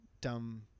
dumb